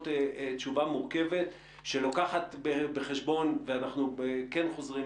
תשובה מורכבת שלוקחת בחשבון ואנחנו כן חוזרים,